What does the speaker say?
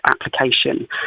application